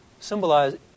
symbolize